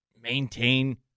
maintain